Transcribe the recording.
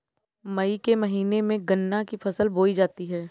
मई के महीने में गन्ना की फसल बोई जाती है